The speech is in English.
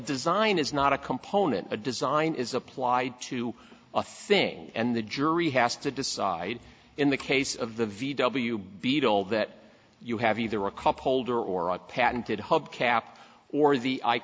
design is not a component a design is applied to a thing and the jury has to decide in the case of the v w beetle that you have either a cup holder or a patented hub cap or the i